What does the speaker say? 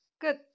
good